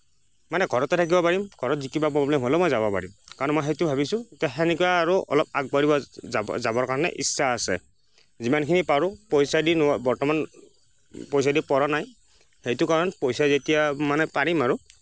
মানে ঘৰতে থাকিব পাৰিম ঘৰত যদি কিবা প্ৰব্লেম হ'লেও মই যাব পাৰিম কাৰণ মই সেইটো ভাবিছোঁ এতিয়া সেনেকৈ আৰু অলপ আগবাঢ়িব যাব যাবৰ কাৰণে ইচ্ছা আছে যিমানখিনি পাৰোঁ পইচা দি বৰ্তমান পইচা দি পৰা নাই সেইটো কাৰণ পইচা যেতিয়া মানে পাৰিম আৰু